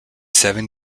seven